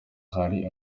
hari